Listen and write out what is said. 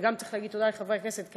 וצריך להגיד תודה לחברי הכנסת,